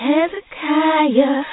Hezekiah